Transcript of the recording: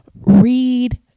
read